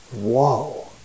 whoa